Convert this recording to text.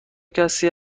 کسی